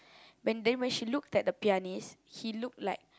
when then when she look at the pianist he look like